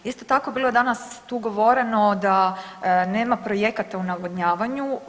Isto tako bilo je danas tu govoreno da nema projekata u navodnjavanju.